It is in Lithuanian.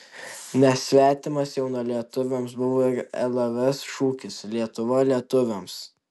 nesvetimas jaunalietuviams buvo ir lvs šūkis lietuva lietuviams